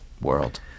world